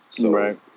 right